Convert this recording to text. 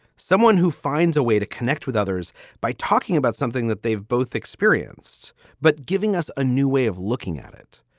someone who finds a way to connect with others by talking about something that they've both experienced, but giving us a new way of looking at it.